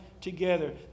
together